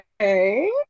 okay